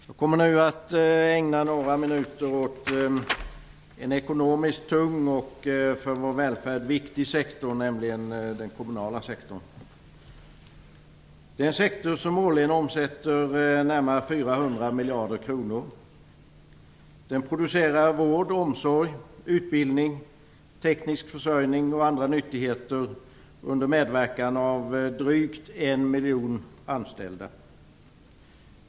Herr talman! Jag kommer nu att ägna några minuter åt en ekonomiskt tung och för vår välfärd viktig sektor, nämligen den kommunala sektorn. Det är en sektor som årligen omsätter närmare 400 miljarder kronor. Den producerar vård och omsorg, utbildning, teknisk försörjning och andra nyttigheter under medverkan av drygt en miljon anställda.